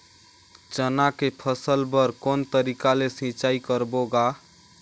चना के फसल बर कोन तरीका ले सिंचाई करबो गा?